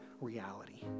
reality